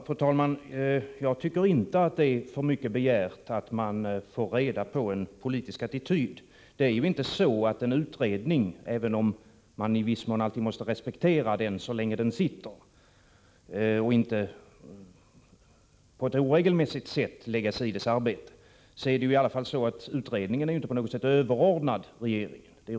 Fru talman! Jag tycker inte att man begär för mycket, om man ber om besked beträffande den politiska attityden. Man måste naturligtvis i viss mån ta hänsyn till arbetet i en politiskt tillsatt utredning medan det pågår och skall inte på ett oregelmässigt sätt lägga sig i detta arbete. Men utredningen är ju inte på något sätt överordnad regeringen.